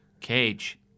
Cage